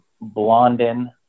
Blondin